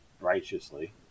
righteously